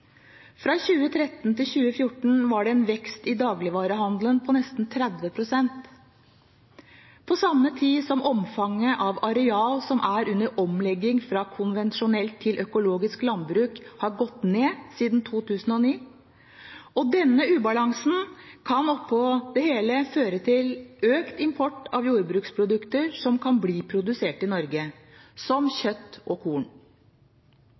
Fra 2013 til 2014 var det en vekst i dagligvarehandelen på nesten 30 pst. På samme tid har omfanget av areal som er under omlegging fra konvensjonelt til økologisk landbruk, gått ned siden 2009. Denne ubalansen kan oppå det hele føre til økt import av jordbruksprodukter som kan bli produsert i Norge, som kjøtt og korn.